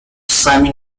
semi